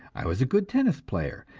i was a good tennis player,